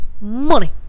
money